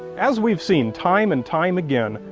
as we've seen time and time again,